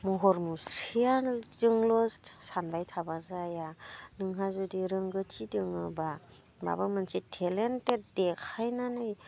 महर मुस्रि जोंल' सानबाय थाब्ला जाया नोंहा जुदि रोंगौथि दोङोब्ला माबा मोनसे टेलेन्टेड देखायनानै